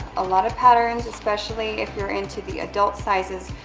a lot of patterns, especially if you're into the adult sizes,